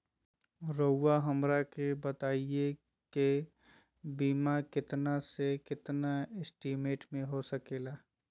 रहुआ हमरा के बताइए के बीमा कितना से कितना एस्टीमेट में हो सके ला?